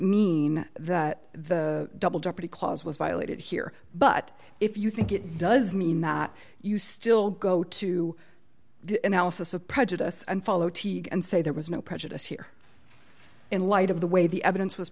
mean that the double jeopardy clause was violated here but if you think it does mean that you still go to the analysis of prejudice and follow teague and say there was no prejudice here in light of the way the evidence was